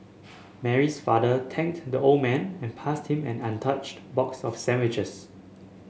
Mary's father thanked the old man and passed him an untouched box of sandwiches